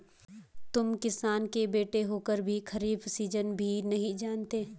तुम किसान के बेटे होकर भी खरीफ सीजन भी नहीं जानते